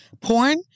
porn